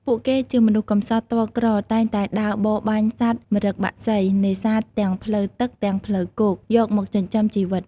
ពួកគេជាមនុស្សកម្សត់ទាល់ក្រ តែងតែដើរបរបាញ់សត្វម្រឹគបក្សី នេសាទទាំងផ្លូវទឹកទាំងផ្លូវគោក យកមកចិញ្ចឹមជីវិត។